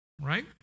right